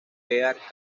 earth